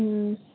ꯎꯝ